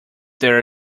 there